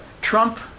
Trump